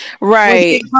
right